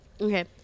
Okay